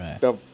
Right